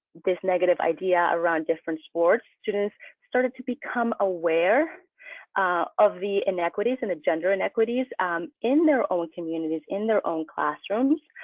this negative idea around different sports, students started to become aware of the inequities in the gender inequities in their own communities, in their own classrooms.